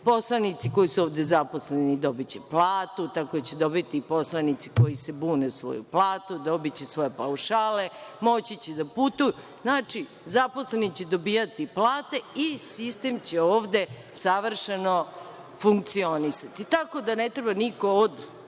poslanici koji su ovde zaposleni dobiće platu, tako će dobiti i poslanici koji se bune svoju platu, dobiće svoje paušale, moći će da putuju, zaposleni će dobijati plate i sistem će ovde savršeno funkcionisati. Tako da ne treba niko od